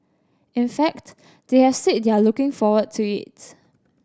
in fact they have said they are looking forward to its